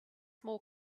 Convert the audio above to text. more